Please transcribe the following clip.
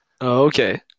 Okay